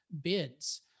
bids